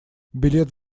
билет